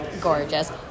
Gorgeous